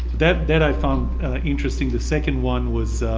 that that i found interesting. the second one was